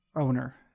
owner